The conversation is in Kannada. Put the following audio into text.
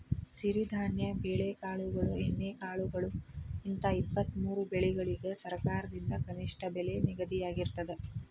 ಸಿರಿಧಾನ್ಯ ಬೆಳೆಕಾಳುಗಳು ಎಣ್ಣೆಕಾಳುಗಳು ಹಿಂತ ಇಪ್ಪತ್ತಮೂರು ಬೆಳಿಗಳಿಗ ಸರಕಾರದಿಂದ ಕನಿಷ್ಠ ಬೆಲೆ ನಿಗದಿಯಾಗಿರ್ತದ